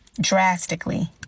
drastically